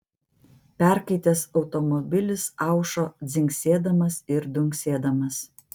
perkaitęs automobilis aušo dzingsėdamas ir dunksėdamas